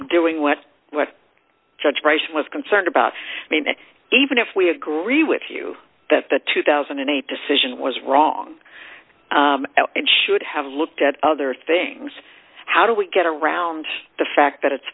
doing what judge gratian was concerned about maybe even if we agree with you that the two thousand and eight decision was wrong and should have looked at other things how do we get around the fact that it's